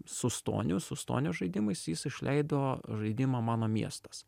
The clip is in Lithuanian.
su stoniu su stonio žaidimais jis išleido žaidimą mano miestas